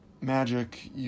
Magic